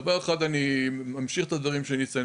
דבר ראשון אני ממשיך את הדברים שאני אציין,